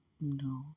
No